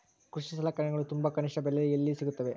ಕೃಷಿ ಸಲಕರಣಿಗಳು ತುಂಬಾ ಕನಿಷ್ಠ ಬೆಲೆಯಲ್ಲಿ ಎಲ್ಲಿ ಸಿಗುತ್ತವೆ?